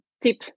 tip